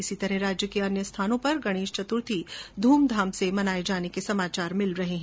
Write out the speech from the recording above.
इसी तरह राज्य के अन्य स्थानों पर गणेश चतुर्थी ध्रमधाम से मनाई जा रही है